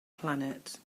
planet